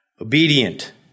obedient